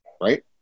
right